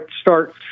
start